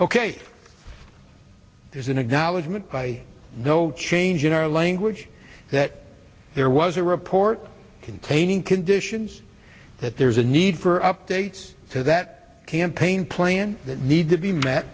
by no change in our language that there was a report containing conditions that there's a need for updates to that campaign plan that need to be met